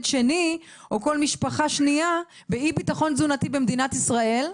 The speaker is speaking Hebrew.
שני או כל משפחה שנייה יהיו באי-ביטחון תזונתי במדינת ישראל.